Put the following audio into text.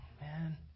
man